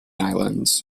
islands